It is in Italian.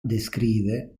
descrive